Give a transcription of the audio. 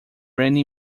rainy